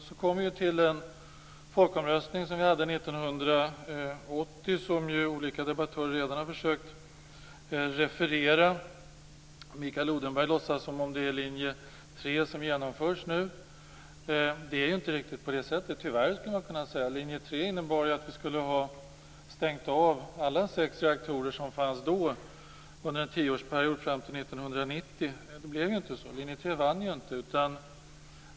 Så kom vi till den folkomröstning som vi hade 1980. Den har ju redan olika debattörer försökt referera till. Mikael Odenberg låtsas som om det är linje 3 som genomförs nu. Det är inte riktigt på det sättet - tyvärr skulle man kunna säga. Linje 3 innebar ju att vi skulle ha stängt av alla de sex reaktorer som fanns då under en tioårsperiod fram till 1990. Men det blev inte så. Linje 3 vann inte.